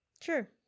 Sure